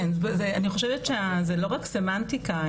אני חושבת שזה לא רק סמנטיקה,